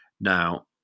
Now